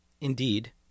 Indeed